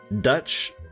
Dutch